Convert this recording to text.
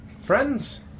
friends